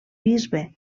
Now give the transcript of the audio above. bisbe